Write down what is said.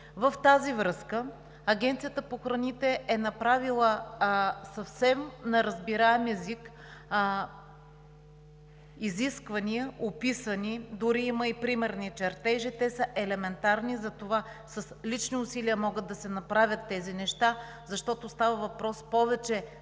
по безопасност на храните е направила съвсем на разбираем език изисквания, описани – дори има примерни чертежи, те са елементарни и с лични усилия могат да се направят тези неща, защото става въпрос повече